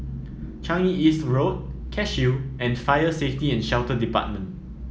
Changi East Road Cashew and Fire Safety and Shelter Department